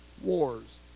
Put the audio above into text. wars